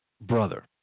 brother